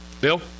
Bill